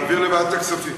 להעביר לוועדת הכספים.